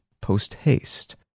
post-haste